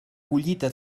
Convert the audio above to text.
collita